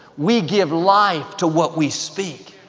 we give life to what we speak.